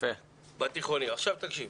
עכשיו תקשיב,